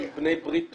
הם בני ברית טובים.